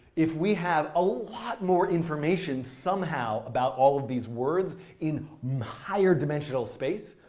if we have a lot more information, somehow, about all of these words in higher dimensional space,